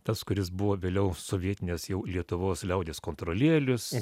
tas kuris buvo vėliau sovietinės jau lietuvos liaudies kontrolierius